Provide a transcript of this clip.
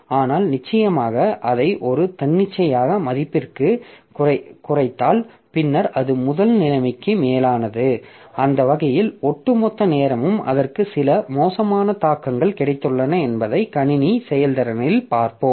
ஆனால் நிச்சயமாக அதை ஒரு தன்னிச்சையான மதிப்பிற்குக் குறைத்தால் பின்னர் அது முதல் நிலைமைக்கு மேலானது அந்த வகையில் ஒட்டுமொத்த நேரமும் அதற்கு சில மோசமான தாக்கங்கள் கிடைத்துள்ளன என்பதை கணினி செயல்திறனில் பார்ப்போம்